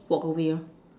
walk away lor